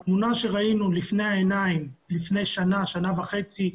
התמונה שראינו לפני העיניים לפני שנה-שנה וחצי,